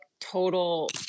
total